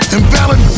Invalid